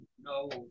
no